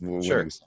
sure